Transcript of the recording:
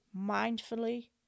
mindfully